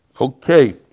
Okay